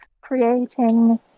creating